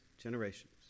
generations